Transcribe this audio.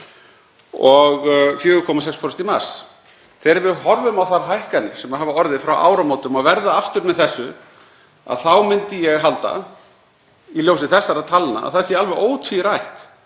og 4,6% í mars. Þegar við horfum á þær hækkanir sem hafa orðið frá áramótum, og verða aftur með þessu, þá myndi ég halda, í ljósi þessara talna, að það sé alveg ótvírætt